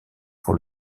pour